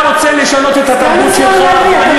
אתה רוצה לשנות את התרבות שלך?